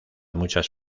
muchas